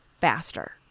faster